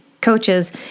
coaches